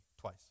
twice